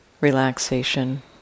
relaxation